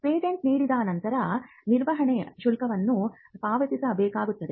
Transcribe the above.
patent ನೀಡಿದ ನಂತರ ನಿರ್ವಹಣೆ ಶುಲ್ಕವನ್ನು ಪಾವತಿಸಬೇಕಾಗುತ್ತದೆ